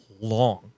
long